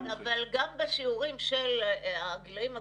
נכון, אבל גם בשיעורים של הגילאים הגדולים.